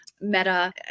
meta